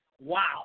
Wow